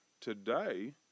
Today